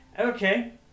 Okay